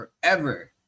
forever